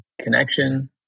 connection